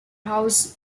house